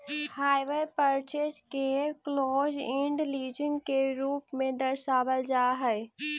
hire purchase के close end leasing के रूप में दर्शावल जा हई